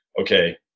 okay